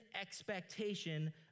expectation